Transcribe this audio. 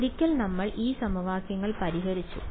ഒരിക്കൽ നമ്മൾ ഈ സമവാക്യങ്ങൾ പരിഹരിച്ചു